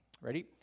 Ready